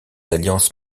alliances